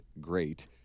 great